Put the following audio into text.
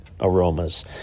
aromas